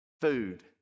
Food